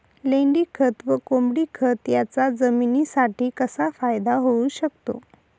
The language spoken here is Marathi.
लेंडीखत व कोंबडीखत याचा जमिनीसाठी कसा फायदा होऊ शकतो?